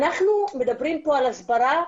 אנחנו מדברים פה על הסברה.